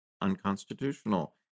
unconstitutional